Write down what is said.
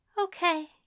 Okay